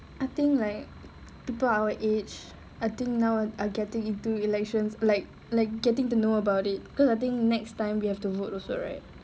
I think like people our age I think now are getting into elections like like getting to know about it because I think next time we have to vote also right